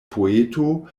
poeto